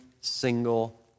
single